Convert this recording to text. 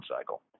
cycle